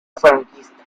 franquista